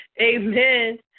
amen